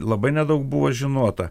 labai nedaug buvo žinota